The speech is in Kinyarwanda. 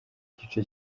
igice